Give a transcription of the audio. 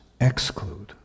exclude